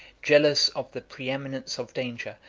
jealous of the preeminence of danger,